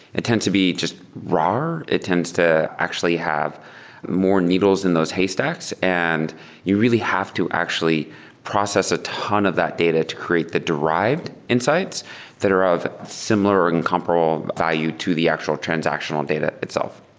it tends to be just rar. it tends to actually have more needles than those haystacks and you really have to actually process a ton of that data to create the derived insights that are of similar or incomparable value to the actual transactional and data itself.